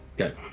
Okay